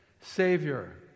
Savior